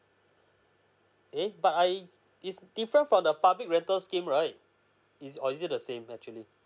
eh but I it's different from the public rental scheme right is or is it the same actually